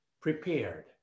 prepared